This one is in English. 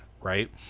right